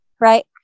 right